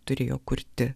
turėjo kurti